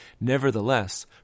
nevertheless